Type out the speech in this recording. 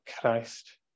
Christ